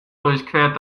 durchquert